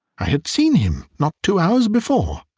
i had seen him not two hours before.